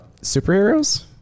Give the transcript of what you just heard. superheroes